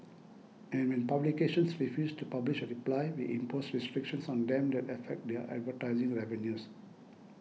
and when publications refuse to publish a reply we impose restrictions on them that affect their advertising revenues